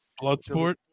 Bloodsport